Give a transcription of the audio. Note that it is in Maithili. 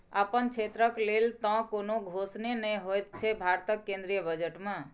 अपन क्षेत्रक लेल तँ कोनो घोषणे नहि होएत छै भारतक केंद्रीय बजट मे